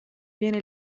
viene